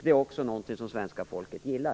Det är också någonting som svenska folket gillar.